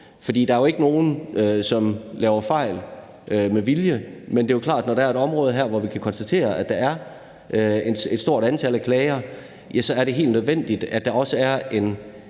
Der er jo ikke nogen, som laver fejl med vilje, men det er klart, at når der er et område, hvorpå vi kan konstatere, at der er et stort antal klager, er det helt nødvendigt, at der også er en